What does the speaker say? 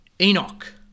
Enoch